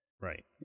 right